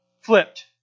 flipped